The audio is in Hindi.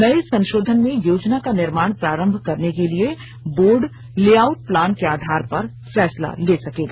नये संशोधन में योजना का निर्माण प्रारंभ करने के लिए बोर्ड ले आउट प्लान के आधार पर फैसला ले सकेगा